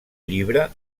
llibre